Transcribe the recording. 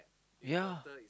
ya